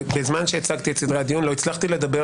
ובזמן שהצגתי את סדרי הדיון לא הצלחתי לדבר